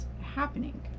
happening